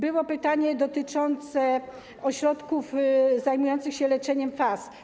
Było pytanie dotyczące ośrodków zajmujących się leczeniem FAS.